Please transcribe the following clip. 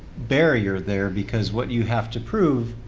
barrier there because what you have to prove,